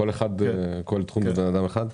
בכל תחום בן אדם אחד.